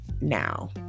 now